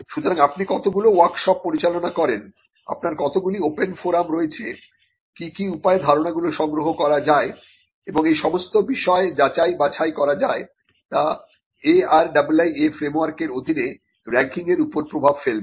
সুতরাং আপনি কতগুলি ওয়ার্কশপ পরিচালনা করেন আপনার কতগুলি ওপেন ফোরামরয়েছে কি কি উপায়ে ধারণাগুলি সংগ্রহ করা যায় এবং এই সমস্ত বিষয় যাচাই বাছাই করা যায় তা ARIIA ফ্রেমওয়ার্কের অধীনে রাঙ্কিংয়ের উপর প্রভাব ফেলবে